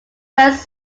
west